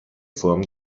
form